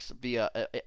via